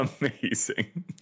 amazing